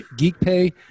geekpay